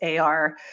AR